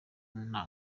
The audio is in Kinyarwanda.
nta